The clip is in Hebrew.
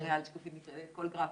כל גרף.